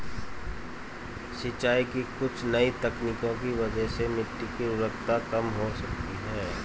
सिंचाई की कुछ नई तकनीकों की वजह से मिट्टी की उर्वरता कम हो सकती है